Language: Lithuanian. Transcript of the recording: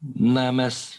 na mes